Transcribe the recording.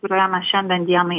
kurią šiandien dienai